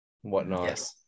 whatnot